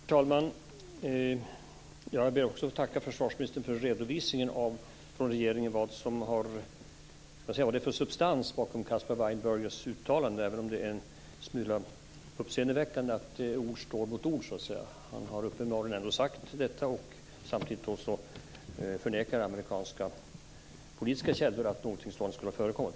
Herr talman! Jag ber också att få tacka försvarsministern för redovisningen från regeringen av vad det finns för substans bakom Caspar Weinbergers uttalande - även om det är en smula uppseendeväckande att ord står mot ord. Han har uppenbarligen ändå sagt detta, och samtidigt förnekar amerikanska politiska källor att någonting sådant skulle ha förekommit.